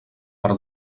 per